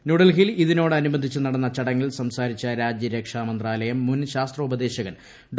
ന്യൂഡൽഹിയിൽ ഇതിനോടനുബന്ധിച്ച് നടന്ന ചടങ്ങിൽ സംസാരിച്ച രാജ്യാരക്ഷാ മന്ത്രാലയം മുൻ ശാസ്ത്രോപദേശകൻ ഡോ